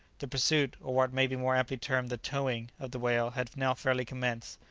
the pursuit, or what may be more aptly termed the towing, of the whale had now fairly commenced.